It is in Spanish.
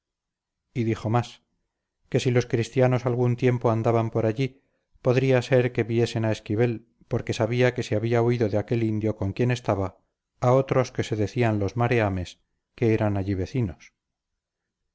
y dijo más que si los cristianos algún tiempo andaban por allí podría ser que viesen a esquivel porque sabía que se había huido de aquel indio con quien estaba a otros que se decían los mareames que eran allí vecinos